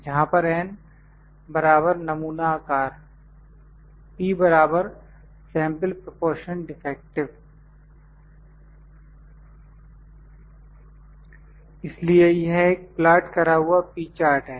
जहां पर n नमूना आकार सेंपल प्रोपोर्शन डिफेक्टिव इसलिए यह एक प्लॉट करा हुआ P चार्ट है